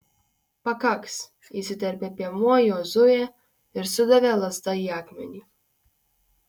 pakaks įsiterpė piemuo jozuė ir sudavė lazda į akmenį